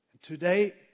Today